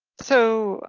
so, ah,